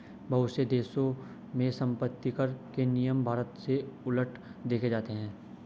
बहुत से देशों में सम्पत्तिकर के नियम भारत से उलट देखे जाते हैं